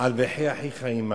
על "וחי אחיך עמך".